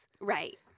Right